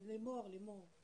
לוריא,